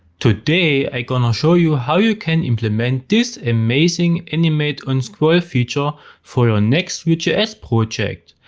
today i gonna show you how you can implement this amazing animate-on-scroll feature for your next vue js project.